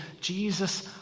Jesus